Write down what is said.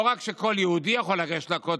לא רק שכל יהודי יכול לגשת לכותל,